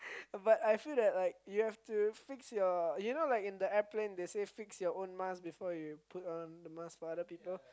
but I feel that like you have to fix your you know like in the airplane they say fix your own mask before you put on the mask for other people